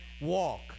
walk